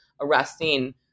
arresting